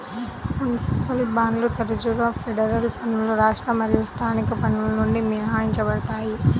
municipal బాండ్లు తరచుగా federal పన్నులు రాష్ట్ర మరియు స్థానిక పన్నుల నుండి మినహాయించబడతాయి